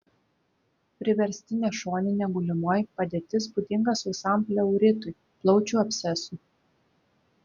priverstinė šoninė gulimoji padėtis būdinga sausam pleuritui plaučių abscesui